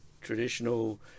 traditional